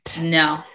No